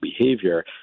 behavior